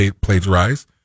plagiarize